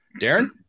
Darren